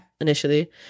initially